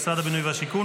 משרד השיכון,